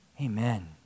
Amen